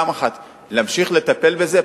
פעם אחת להמשיך לטפל בזה,